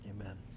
amen